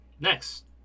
Next